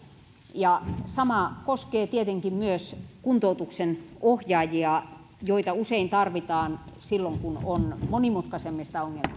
ja sama koskee tietenkin myös kuntoutuksen ohjaajia joita usein tarvitaan silloin kun on monimutkaisemmista ongelmista